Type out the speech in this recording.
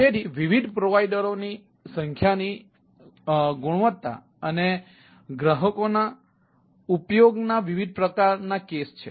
તેથી વિવિધ પ્રોવાઇડરઓની સર્વિસઓની વિવિધ ગુણવત્તા અને ગ્રાહકોના ઉપયોગના વિવિધ પ્રકારના કેસ છે